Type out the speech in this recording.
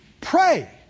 Pray